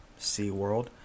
SeaWorld